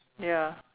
ya